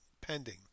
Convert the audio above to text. pending